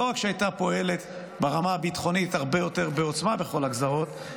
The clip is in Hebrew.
לא רק שהייתה פועלת ברמה הביטחונית הרבה יותר בעוצמה בכל הגזרות,